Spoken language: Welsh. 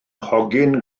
hogyn